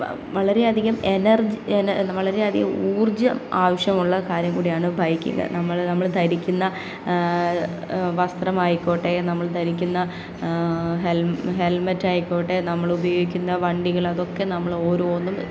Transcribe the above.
വളരെയധികം എനർജി വളരെയധികം ഊർജ്ജം ആവശ്യമുള്ള കാര്യം കൂടിയാണ് ബൈക്കിങ് നമ്മൾ നമ്മൾ ധരിക്കുന്ന വസ്ത്രമായിക്കോട്ടെ നമ്മൾ ധരിക്കുന്ന ഹെ ഹെൽമെറ്റ് ആയിക്കോട്ടെ നമ്മൾ ഉപയോഗിക്കുന്ന വണ്ടികൾ അതൊക്കെ നമ്മൾ ഓരോന്നും